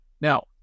Now